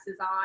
on